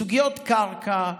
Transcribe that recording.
בסוגיות קרקע,